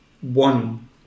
one